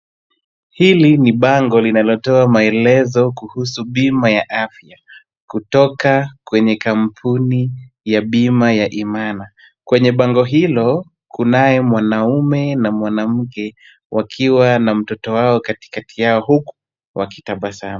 Hili ni bango linalotoa maelezo kuhusu bima ya afya kutoka kwenye kampuni ya bima ya Imana. Kwenye bango hilo kunaye mwanaume na mwanamke wakiwa na mtoto wao katikati yao huku wakitabasamu.